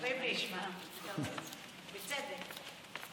בצדק.